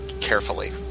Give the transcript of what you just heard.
carefully